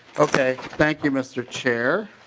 okay thank you mr. chair.